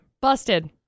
busted